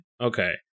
okay